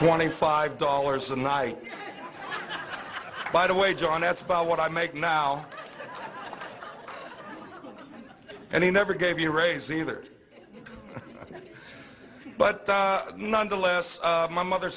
twenty five dollars a night by the way john that's about what i make now and he never gave you a raise either but nonetheless my mother